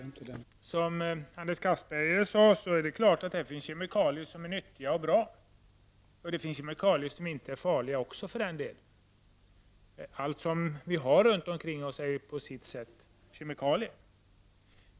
Som Anders Castberger sade finns det många kemikalier som är nyttiga och bra, och det finns för den delen även kemikalier som inte är farliga. Allt som vi har runt omkring oss är ju på sitt sätt kemikalier.